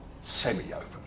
Semi-open